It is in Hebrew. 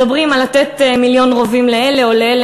מדברים על לתת מיליון רובים לאלה או לאלה,